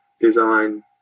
design